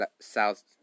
South